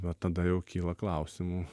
va tada jau kyla klausimų